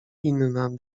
inna